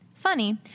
funny